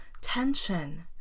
Tension